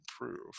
improve